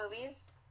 movies